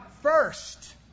first